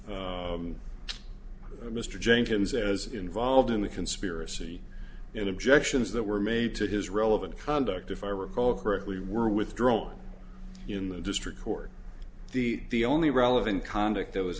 mr jenkins as involved in the conspiracy in objections that were made to his relevant conduct if i recall correctly were withdrawn in the district court the the only relevant conduct th